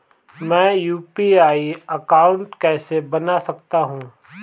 मैं UPI account कैसे बना सकता हूं?